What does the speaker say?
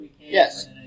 Yes